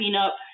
up